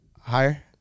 Higher